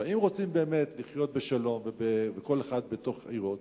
אם רוצים באמת לחיות בשלום וכל אחד בתוך עירו,